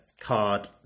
card